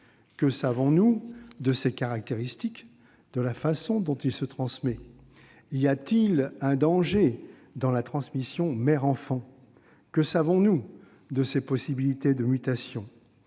Que savons-nous de ses caractéristiques et de la façon dont il se transmet ? Y a-t-il un danger de transmission mère-enfant ? Que savons-nous des possibilités de mutation ?